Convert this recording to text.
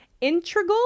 integral